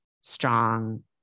strong